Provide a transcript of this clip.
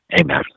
amen